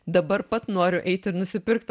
dabar pat noriu eit ir nusipirkt